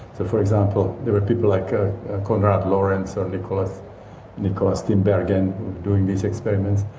for for example, there are people like konrad lorenz or nikolaas nikolaas tinbergen doing these experiments.